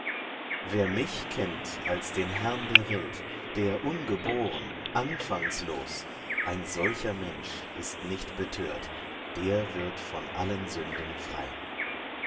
wer mich kennt als den herrn der welt der ungeboren anfangslos ein solcher mensch ist nicht betört der wird von allen sünden frei